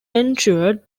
ensured